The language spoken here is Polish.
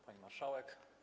Pani Marszałek!